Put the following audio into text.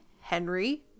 Henry